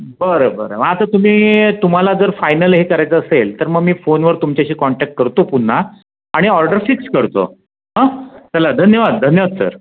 बरं बरं मग आता तुम्ही तुम्हाला जर फायनल हे करायचं असेल तर मग मी फोनवर तुमच्याशी कॉन्टॅक्ट करतो पुन्हा आणि ऑर्डर फिक्स करतो हां चला धन्यवाद धन्यवाद सर